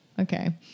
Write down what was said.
Okay